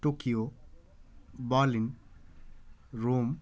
Tokyo Berlin Rome